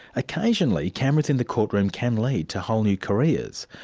occasionally cameras in the court room can lead to whole new careers.